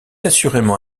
assurément